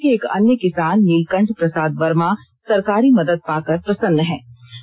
वहीं गाँव के एक अन्य किसान नीलकंठ प्रसाद वर्मा सरकारी मदद पाकर प्रसन्न हैं